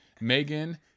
Megan